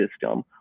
system